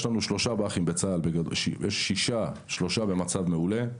יש לנו שישה בא"חים בצה"ל, יש שלושה במצב מעולה,